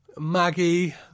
Maggie